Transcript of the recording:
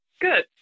good